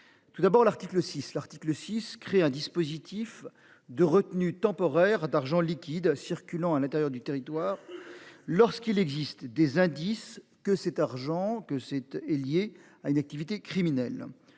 tout d'abord l'article 6, l'article 6 crée un dispositif de retenue temporaire d'argent liquide circulant à l'intérieur du territoire lorsqu'il existe des indices que cet argent que cette est lié à une activité criminelle.